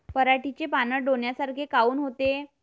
पराटीचे पानं डोन्यासारखे काऊन होते?